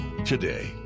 today